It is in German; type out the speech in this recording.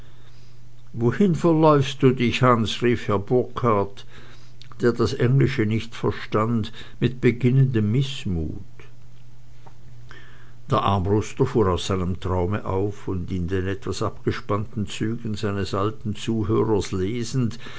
wohin verläufst du dich hans rief herr burkhard der das englische nicht verstand mit beginnendem mißmut der armbruster fuhr aus seinem traume auf und in den etwas abgespannten zügen seines alten zuhörers lesend